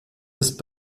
ist